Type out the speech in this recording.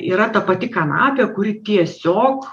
yra ta pati kanapė kuri tiesiog